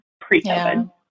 pre-COVID